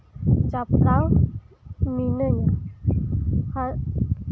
ᱡᱚᱯᱲᱟᱣ ᱢᱤᱱᱟᱹᱧᱟ ᱟᱨ